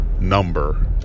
number